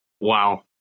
wow